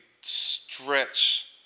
stretch